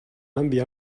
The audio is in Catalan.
enviar